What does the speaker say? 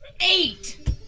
Eight